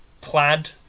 Plaid